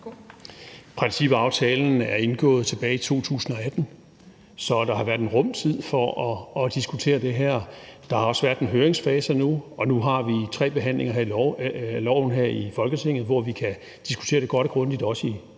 Principaftalen er indgået tilbage i 2018. Så der har været en rum tid til at diskutere det her. Der har også været en høringsfase, og nu har vi tre behandlinger af loven her i Folketinget, hvor vi kan diskutere det godt og grundigt, også i